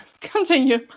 continue